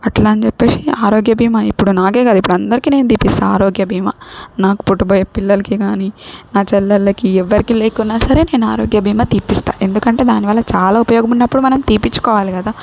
అట్లాని చెప్పేసి ఆరోగ్య బీమా ఇప్పుడు నాకే కాదు ఇప్పుడందరికీ నేను తీపిస్తా ఆరోగ్య బీమా నాకు పుట్టబోయే పిల్లలకి కానీ నా చెల్లెళ్ళకి ఎవ్వరికీ లేకున్నా సరే నేను ఆరోగ్య బీమా తీయిస్తా ఎందుకంటే దాని వల్ల చాలా ఉపయోగం ఉన్నప్పుడు మనం తీయించుకోవాలి కదా